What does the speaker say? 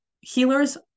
healers